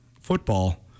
football